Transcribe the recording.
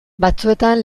batzuetan